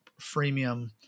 freemium